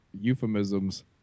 euphemisms